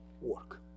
work